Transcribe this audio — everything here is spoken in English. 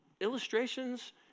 illustrations